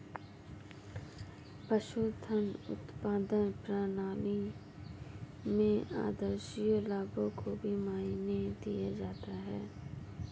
पशुधन उत्पादन प्रणाली में आद्रशिया लाभों को भी मायने दिया जाता है